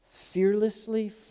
Fearlessly